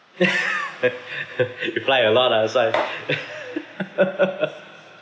apply a lot ah that's why